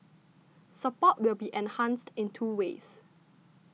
support will be enhanced in two ways